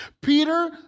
Peter